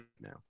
now